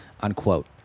unquote